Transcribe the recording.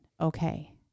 okay